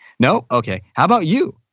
no, okay. how about you?